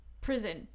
prison